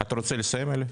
אתה רוצה לסיים, אלי?